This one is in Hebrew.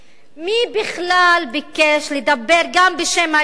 מי בכלל ביקש לדבר גם בשם האזור,